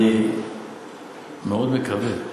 אני מאוד מקווה,